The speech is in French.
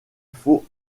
faut